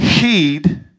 Heed